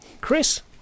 Chris